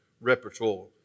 repertoire